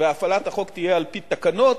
והפעלת החוק תהיה על-פי תקנות,